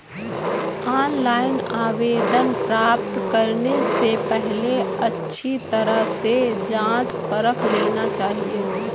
online आवेदन प्राप्त करने से पहले अच्छी तरह से जांच परख लेना चाहिए